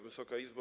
Wysoka Izbo!